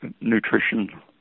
nutrition